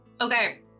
Okay